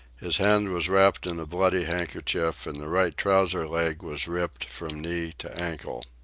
his hand was wrapped in a bloody handkerchief, and the right trouser leg was ripped from knee to ankle.